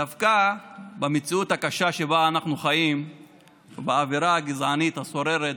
דווקא במציאות הקשה שבה אנחנו חיים ובאווירה הגזענית השוררת